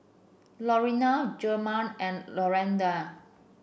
Laurene Jemal and Lawanda